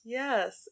yes